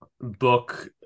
book